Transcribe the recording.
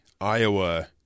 Iowa